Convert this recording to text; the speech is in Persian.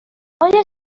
آیا